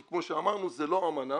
כי כמו שאמרנו זו לא אמנה